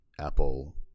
Apple